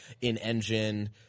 in-engine